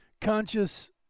conscious